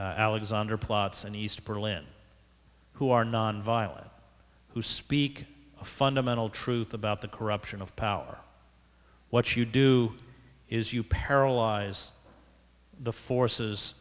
alexander plots and east berlin who are nonviolent who speak a fundamental truth about the corruption of power what you do is you paralyze the forces